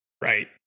Right